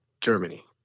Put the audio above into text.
Germany